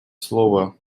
слово